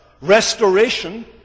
restoration